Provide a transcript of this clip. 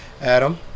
Adam